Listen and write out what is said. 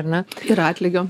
ar ne ir atlygio